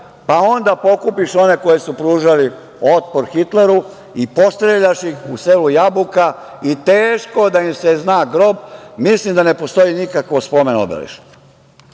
pa onda pokupiše one koji su pružali otpor Hitleru i postreljaše ih u selu Jabuka i teško da im se zna grob. Mislim da ne postoji nikakvo spomen-obeležje.